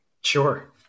Sure